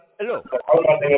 Hello